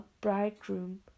bridegroom